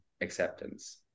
acceptance